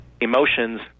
emotions